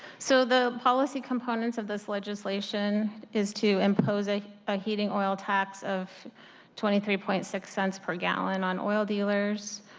so the policy components of the legislation is to impose a ah heating oil tax of twenty three point six cents per gallon on oil dealers,